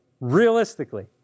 realistically